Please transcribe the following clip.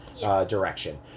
direction